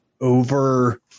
over